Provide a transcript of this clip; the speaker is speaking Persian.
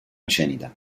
شنیدم